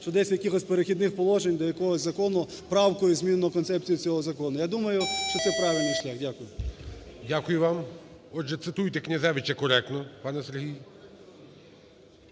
що десь в якихось перехідних положень, до якогось закону правкою змін до концепції цього закону. Я думаю, що це правильний шлях. Дякую. ГОЛОВУЮЧИЙ. Дякую вам. Отже, цитуйте Князевича коректно, пане Сергій.